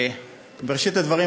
בראשית הדברים,